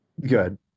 Good